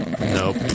Nope